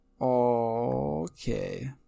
Okay